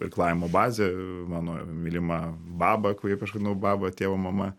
irklavimo bazė mano mylima baba kaip aš vadinau baba tėvo mama